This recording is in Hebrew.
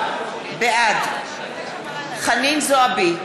בעד חנין זועבי,